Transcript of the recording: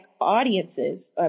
audiences